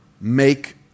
make